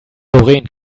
doreen